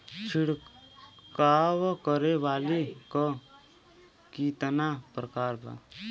छिड़काव करे वाली क कितना प्रकार बा?